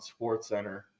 SportsCenter